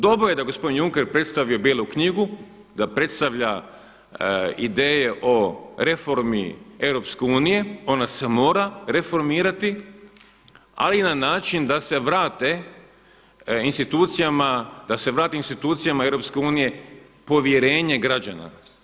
Dobro je da je gospodin Juncker predstavio bijelu knjigu, da predstavlja ideje na reformi Europske unije, ona se mora reformirati ali na način da se vrate institucijama, da se vrati institucijama EU povjerenje građana.